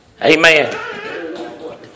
Amen